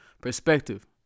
perspective